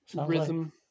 rhythm